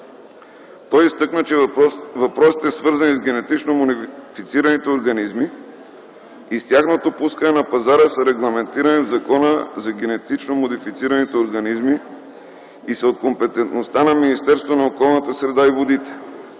Той изтъкна, че въпросите, свързани с генетично модифицираните организми и с тяхното пускане на пазара, са регламентирани в Закона за генетично модифицираните организми и са от компетентността на Министерството на околната среда и водите,